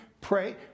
pray